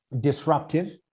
disruptive